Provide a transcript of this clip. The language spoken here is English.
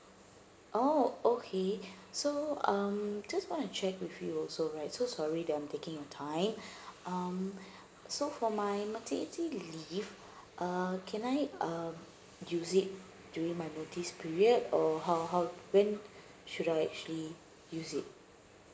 oh okay so um just want to check with you also right so sorry that I'm taking your time um so for my maternity leave uh can I uh use it during my notice period or how how when should I actually use it